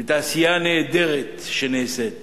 את העשייה הנהדרת שנעשית